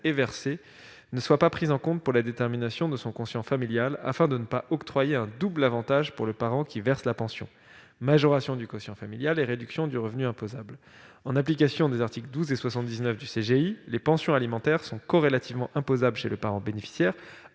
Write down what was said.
est versée ne soient pas pris en compte pour la détermination de son quotient familial, afin de ne pas octroyer un double avantage pour le parent qui verse la pension : majoration du quotient familial et réduction du revenu imposable. En application des articles 12 et 79 du CGI, les pensions alimentaires sont corrélativement imposables chez le parent bénéficiaire,